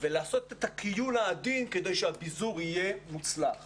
ולעשות את הכיול העדין כדי שהביזור יהיה מוצלח